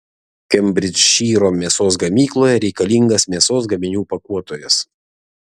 kembridžšyro mėsos gamykloje reikalingas mėsos gaminių pakuotojas